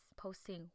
posting